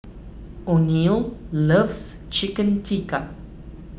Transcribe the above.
oneal loves Chicken Tikka